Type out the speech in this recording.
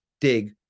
dig